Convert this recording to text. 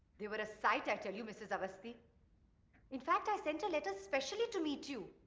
there were a site, i tell you mrs. awasthi. infect i sent a letter especially to meet you.